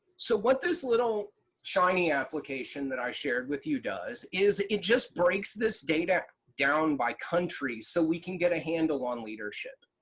so what this little shiny application that i shared with you does, is it just breaks this data down by country so we can get a handle on leadership.